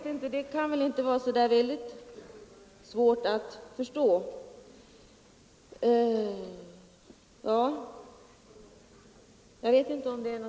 Det kan väl inte vara så svårt att förstå.